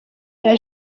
cya